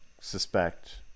suspect